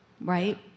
right